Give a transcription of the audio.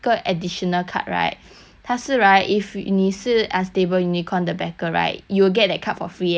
它是 right if 你是 unstable unicorn 的 backer right you will get that card for free eh I had to pay extra five dollar eh